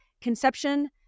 conception